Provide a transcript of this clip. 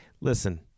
Listen